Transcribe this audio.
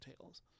tales